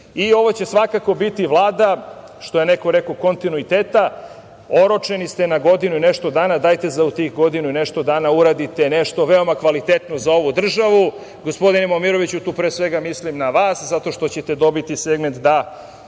I ovo će svakako biti Vlada, što je neko rekao, kontinuiteta. Oročeni ste na godinu i nešto dana. Dajte u tih godinu i nešto dana da uradite nešto veoma kvalitetno za ovu državu. Gospodine Momiroviću, tu, pre svega, mislim na vas, zato što ćete dobiti segment da